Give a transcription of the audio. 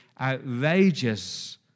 outrageous